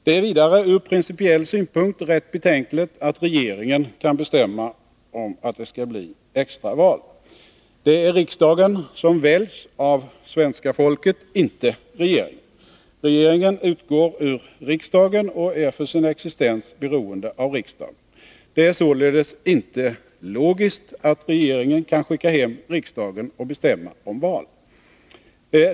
Det är vidare ur principiell synpunkt rätt betänkligt att regeringen kan bestämma att det skall blir extra val. Det är riksdagen som väljs av svenska folket, inte regeringen. Regeringen utgår ur riksdagen och är för sin existens beroende av riksdagen. Det är således inte logiskt att reveringen kan skicka hem riksdagen och bestämma om val.